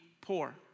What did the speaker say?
poor